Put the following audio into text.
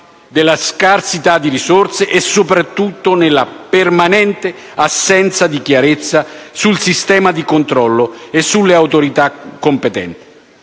della scarsità di risorse e soprattutto nella permanente assenza di chiarezza sul sistema di controllo e sull'autorità competente.